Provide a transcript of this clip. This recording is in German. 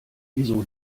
wieso